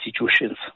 institutions